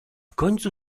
końcu